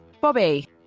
Bobby